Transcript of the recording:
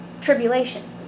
tribulation